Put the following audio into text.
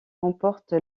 remporte